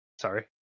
sorry